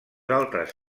altres